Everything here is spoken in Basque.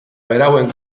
berauen